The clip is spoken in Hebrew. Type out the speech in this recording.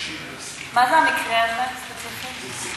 זה המקרה הזה ספציפית?